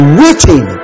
waiting